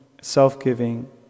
self-giving